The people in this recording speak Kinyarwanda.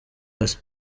hasi